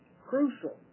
crucial